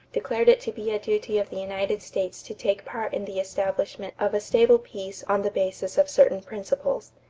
declared it to be a duty of the united states to take part in the establishment of a stable peace on the basis of certain principles.